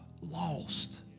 lost